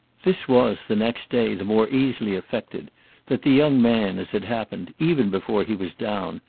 this was the next day the more easily effected that the young man, as it happened, even before he was down,